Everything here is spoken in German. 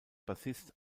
bassist